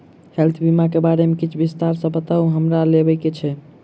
Health बीमा केँ बारे किछ विस्तार सऽ बताउ हमरा लेबऽ केँ छयः?